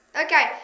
Okay